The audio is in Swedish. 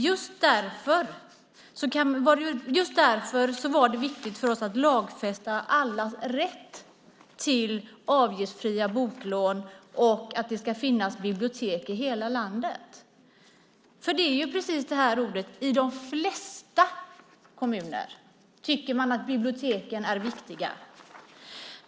Just därför var det viktigt för oss att lagfästa allas rätt till avgiftsfria boklån och att det ska finnas bibliotek i hela landet. Det är precis de här orden: I de flesta kommuner tycker man att biblioteken är viktiga.